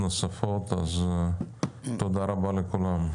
נוספות, תודה רבה לכולם.